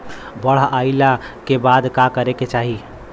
बाढ़ आइला के बाद का करे के चाही?